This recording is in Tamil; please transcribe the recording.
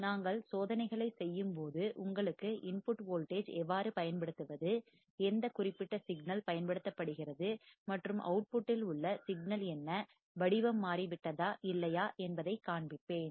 நாம் சோதனைகளைச் செய்யும் போது உங்களுக்கு இன்புட் வோல்டேஜ் எவ்வாறு பயன்படுத்துவது எந்த குறிப்பிட்ட சிக்னல் பயன்படுத்தப்படுகிறது மற்றும் அவுட்புட்டில் உள்ள சிக்னல் என்ன வடிவம் மாறி விட்டதா இல்லையா என்பதை காண்பிப்பேன்